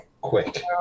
quick